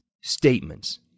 statements